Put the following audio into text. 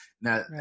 Now